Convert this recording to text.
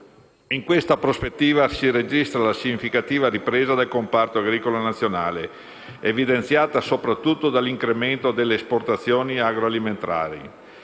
In questa prospettiva si registra la significativa ripresa del comparto agricolo nazionale, evidenziata soprattutto dall'incremento delle esportazioni agroalimentari.